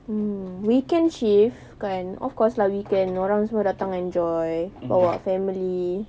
mm weekend shift kan of course lah weekend orang semua datang enjoy bawa family